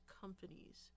companies